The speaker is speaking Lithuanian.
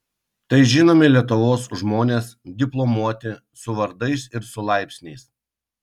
tai žinomi lietuvos žmonės diplomuoti su vardais ir su laipsniais